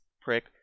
prick